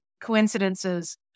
coincidences